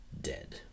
dead